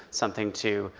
something to